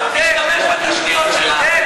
משתמש בתשתיות שלה,